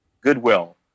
goodwill